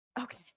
Okay